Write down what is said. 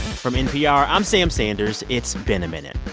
from npr, i'm sam sanders. it's been a minute.